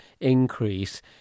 increase